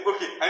Okay